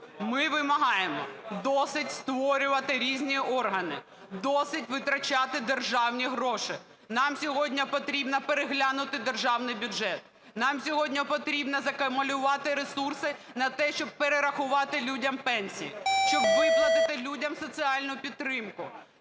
Ми вимагаємо: досить створювати різні органи, досить витрачати державні гроші. Нам сьогодні потрібно переглянути державний бюджет. Нам сьогодні потрібно закумулювати ресурси на те, щоб перерахувати людям пенсії, щоб виплатити людям соціальну підтримку,